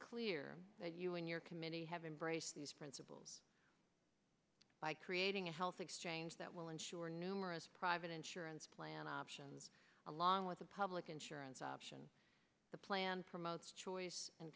clear that you and your committee have embraced these principles by creating a health exchange that will ensure numerous private insurance plan options along with a public insurance option the plan promotes choice and